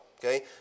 okay